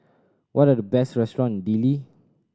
what are the best restaurant Dili